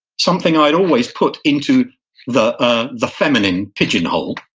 something i'd always put into the ah the feminine pigeonhole,